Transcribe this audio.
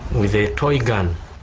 with a toy gun.